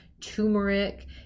Turmeric